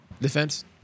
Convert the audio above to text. defense